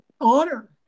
honor